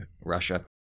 Russia